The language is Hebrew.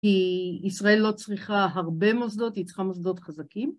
כי ישראל לא צריכה הרבה מוסדות, היא צריכה מוסדות חזקים.